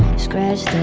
scratch